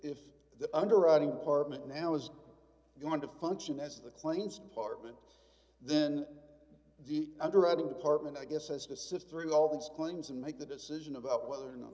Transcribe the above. if the underwriting department now is going to function as the claims department then i dreaded department i guess as to sift through all these claims and make the decision about whether or not